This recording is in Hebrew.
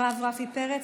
הרב רפי פרץ.